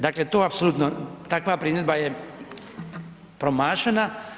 Dakle, to apsolutno, takva primjedba je promašena.